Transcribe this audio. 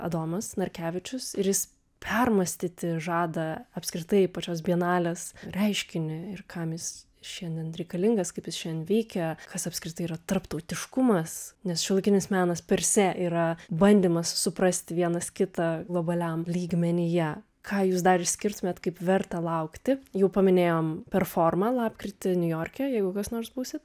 adomas narkevičius ir jis permąstyti žada apskritai pačios bienalės reiškinį ir kam jis šiandien reikalingas kaip jis šiandien veikia kas apskritai yra tarptautiškumas nes šiuolaikinis menas per se yra bandymas suprasti vienas kitą globaliam lygmenyje ką jūs dar išskirtumėt kaip verta laukti jau paminėjom performą lapkritį niujorke jeigu kas nors būsit